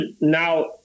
Now